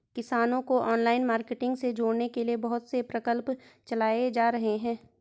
किसानों को online marketing से जोड़ने के लिए बहुत से प्रकल्प चलाए जा रहे हैं